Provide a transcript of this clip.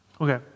Okay